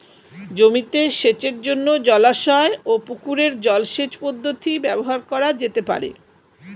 জমিতে সেচের জন্য জলাশয় ও পুকুরের জল সেচ পদ্ধতি ব্যবহার করা যেতে পারে?